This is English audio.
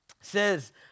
says